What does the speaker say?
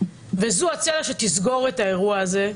וזו הצלע שתסגור את האירוע הזה,